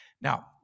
Now